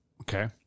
Okay